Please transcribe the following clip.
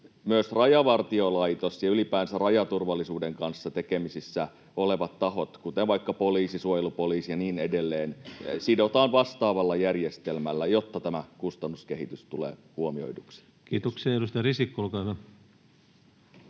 myös Rajavartiolaitos ja ylipäänsä rajaturvallisuuden kanssa tekemisissä olevat tahot, kuten vaikkapa poliisi, suojelupoliisi ja niin edelleen, sidotaan vastaavalla järjestelmällä, jotta tämä kustannuskehitys tulee huomioiduksi? Kiitoksia. — Edustaja Risikko, olkaa hyvä.